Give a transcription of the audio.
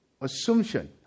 assumption